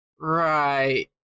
Right